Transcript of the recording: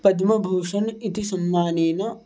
पद्मभूषणम् इति सम्मानेन